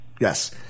Yes